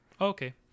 Okay